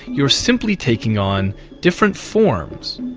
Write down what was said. you're simply taking on different forms.